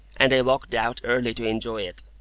and i walked out early to enjoy it.